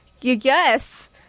yes